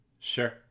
Sure